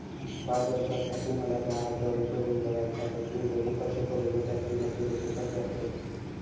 पाच वर्षांसाठी मला दहा हजार रुपये गुंतवायचे आहेत, गुंतवणूक कशी करु व त्याची मॅच्युरिटी कशी असेल?